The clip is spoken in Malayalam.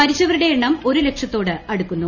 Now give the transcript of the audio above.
മരിച്ചവരുടെ എണ്ണം ഒരു ലക്ഷത്തോട് അടുക്കുന്നു